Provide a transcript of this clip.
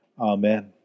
Amen